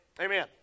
Amen